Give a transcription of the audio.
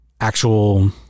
actual